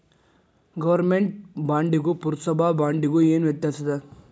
government ಬಾಂಡಿಗೂ ಪುರ್ಸಭಾ ಬಾಂಡಿಗು ಏನ್ ವ್ಯತ್ಯಾಸದ